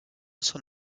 son